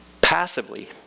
passively